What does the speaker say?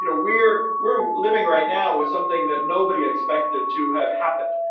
you know we're we're living right now with something that nobody expected to have happened.